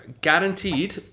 guaranteed